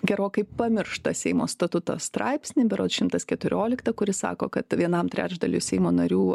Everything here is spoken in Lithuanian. gerokai pamirštą seimo statuto straipsnį berods šimtas keturioliktą kuris sako kad vienam trečdaliui seimo narių